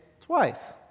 twice